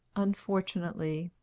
unfortunately,